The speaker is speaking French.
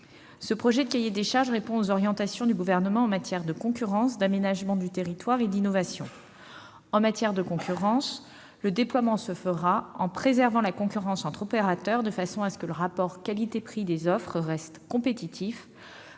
Ce projet de cahier des charges répond aux orientations du Gouvernement en matière de concurrence, d'aménagement du territoire et d'innovation. En matière de concurrence, le déploiement du réseau se fera en préservant la concurrence entre opérateurs, de façon que le rapport qualité-prix des offres reste compétitif,